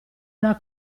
una